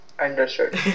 understood